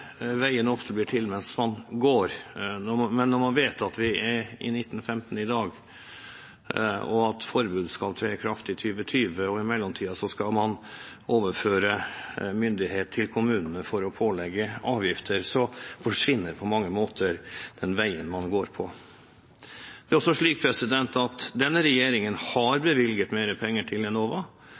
ofte blir til mens man går, men når man vet at vi er i 2015 i dag, og at forbudet skal tre i kraft i 2020, og i mellomtiden skal man overføre myndighet til kommunene for å pålegge avgifter, så forsvinner på mange måter den veien man går på. Det er også slik at denne regjeringen har bevilget mer penger til Enova,